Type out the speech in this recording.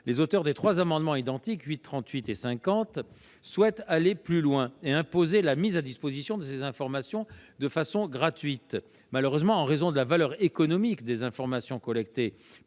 Les auteurs des trois amendements identiques n 8 rectifié, 38 et 50 rectifié souhaitent aller plus loin et imposer la mise à disposition de ces informations de façon gratuite. Malheureusement, en raison de la valeur économique des informations collectées